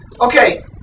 Okay